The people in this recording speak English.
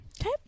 Okay